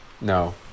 No